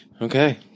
Okay